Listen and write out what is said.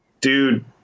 Dude